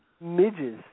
Midges